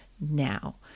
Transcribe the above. Now